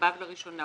לגביו לראשונה,